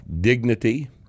dignity